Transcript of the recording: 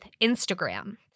Instagram